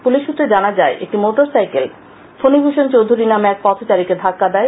police সূত্রে জানা যায় একটি মোটর সাইকেল ফণিভূষণ চৌধুরি নামে এক পথচারীকে ধাক্কা দেয়